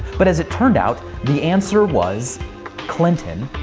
but, as it turned out, the answer was clinton,